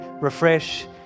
Refresh